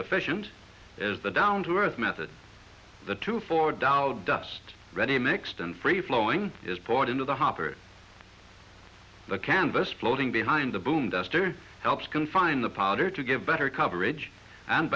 efficient is the down to earth method the two for tao dust ready mixed and free flowing is poured into the hopper the canvas floating behind the boom duster helps confine the powder to give better coverage and